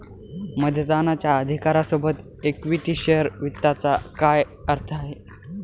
मतदानाच्या अधिकारा सोबत इक्विटी शेअर वित्ताचा काय अर्थ आहे?